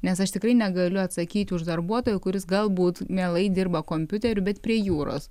nes aš tikrai negaliu atsakyti už darbuotoją kuris galbūt mielai dirba kompiuteriu bet prie jūros